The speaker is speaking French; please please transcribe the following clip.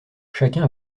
chacun